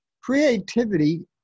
Creativity